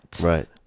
right